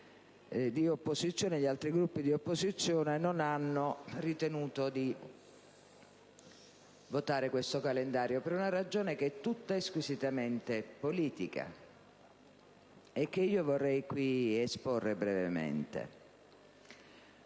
mio Gruppo e gli altri Gruppi di opposizione non hanno ritenuto di votare questo calendario, per una ragione che è tutta e squisitamente politica, e che vorrei esporre brevemente